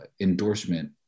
endorsement